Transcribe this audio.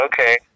okay